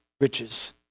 riches